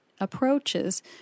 approaches